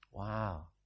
Wow